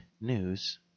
news